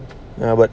ya but